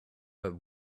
but